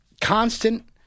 constant